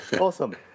Awesome